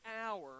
hour